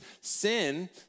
sin